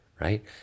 right